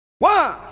One